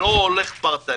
ולא הולך פרטני,